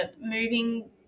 moving